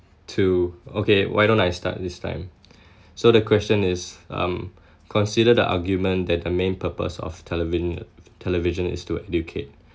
two okay why don't I start this time so the question is um consider the argument that the main purpose of television television is to educate